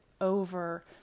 over